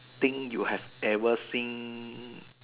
thing that you have ever think